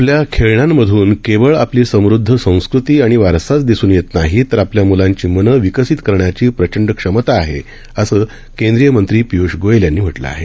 आपल्या खेळण्यांमधून केवळ आपली समृद्ध संस्कृती आणि वारसाच दिसून येत नाही तर आपल्या मुलांची मने विकसित करण्याची प्रचंड क्षमता आहेअसं केंद्रीय मंत्री पियूष गोयल यांनी म्हटलं आहे